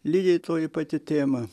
lygiai toji pati tema